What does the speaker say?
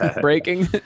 breaking